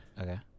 Okay